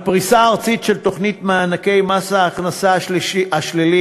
הפריסה הארצית של תוכנית מענקי מס ההכנסה השלילי,